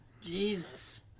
Jesus